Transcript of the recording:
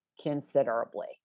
considerably